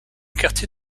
quartier